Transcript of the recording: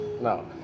no